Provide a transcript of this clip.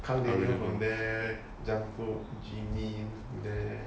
kang daniel from there jungkook jimin from there